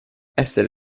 essere